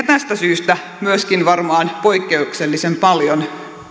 tästä syystä varmaan myöskin poikkeuksellisen paljon